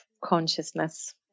consciousness